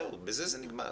בזה זה נגמר.